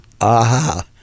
aha